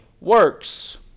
works